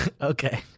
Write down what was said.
Okay